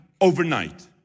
overnight